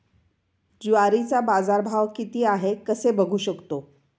ज्वारीचा बाजारभाव किती आहे कसे बघू शकतो?